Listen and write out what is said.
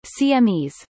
CMEs